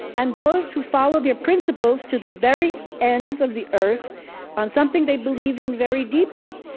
and those who follow their principles to the very ends of the earth on something they believe in very deeply.